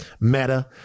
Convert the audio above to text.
meta